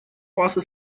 posso